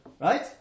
Right